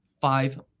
five